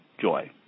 joy